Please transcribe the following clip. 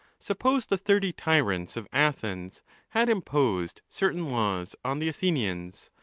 suppose the thirty tyrants of athens had imposed certain laws on the athenians?